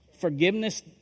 Forgiveness